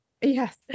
Yes